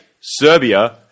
Serbia